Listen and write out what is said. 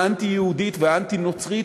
האנטי-יהודית, והאנטי-נוצרית